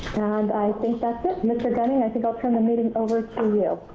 and i think that's it. mr. gunning, i think i'll turn the meeting over to um you.